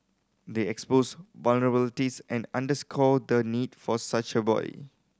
they exposed vulnerabilities and underscore the need for such a boy